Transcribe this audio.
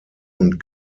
und